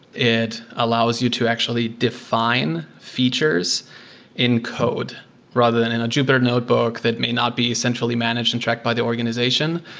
it allows you to actually define features in code rather than in a jupyter notebook that may not be centrally managed and tracked by the organization.